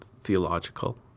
theological